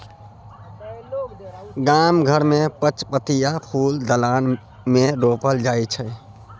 गाम घर मे पचपतिया फुल दलान मे रोपल जाइ छै